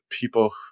People